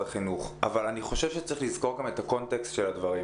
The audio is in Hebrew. החינוך אבל אני חושב שצריך לזכור גם את הקונטקסט של הדברים.